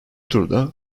turda